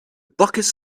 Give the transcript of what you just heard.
buckets